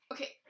Okay